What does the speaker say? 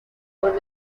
con